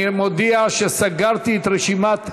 אני מודיע שסגרתי את רשימת הדוברים.